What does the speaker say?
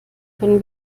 können